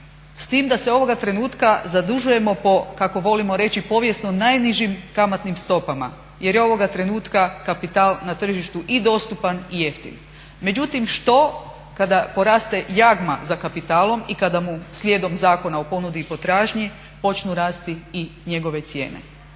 S tim da se ovoga trenutka zadužujemo po kako volimo reći povijesno najnižim kamatnim stopama jer je ovoga trenutka kapital na tržištu i dostupan i jeftin. Međutim, što kada poraste jagma za kapitalom i kada mu slijedom Zakona o ponudi i potražnji počnu rasti i njegove cijene?